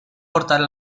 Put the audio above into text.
portar